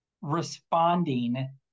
responding